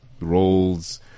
roles